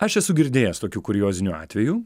aš esu girdėjęs tokių kuriozinių atvejų